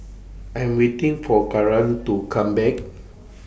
I'm waiting For Karan to Come Back